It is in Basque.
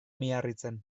miarritzen